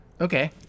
Okay